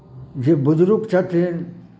जे बुजुर्ग छथिन